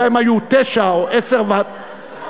שהיו תשע או עשר ועדות,